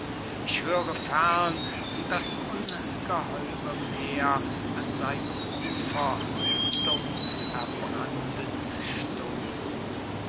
ich höre fern das ungeheure meer an seine ufer dumpferbrandend stoßen